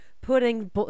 putting